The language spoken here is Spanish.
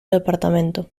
departamento